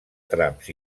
trams